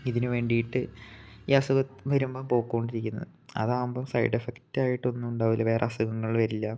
ഇതിന് വേണ്ടിയിട്ട് ഈ അസുഖം വരുമ്പം പോക്കൊണ്ടിരിക്കുന്നത് അതാകുമ്പം സൈഡ് എഫക്റ്റായിട്ടൊന്നും ഉണ്ടാവില്ല വേറെ അസുഖങ്ങൾ വരില്ല